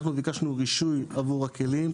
אנחנו ביקשנו רישוי עבור הכלים,